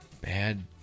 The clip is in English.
Bad